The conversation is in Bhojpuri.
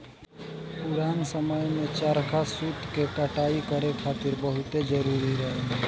पुरान समय में चरखा सूत के कटाई करे खातिर बहुते जरुरी रहे